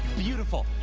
beautiful.